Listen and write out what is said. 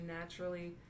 naturally